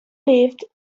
lived